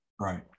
Right